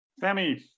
Sammy